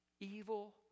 Evil